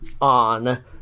on